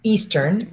Eastern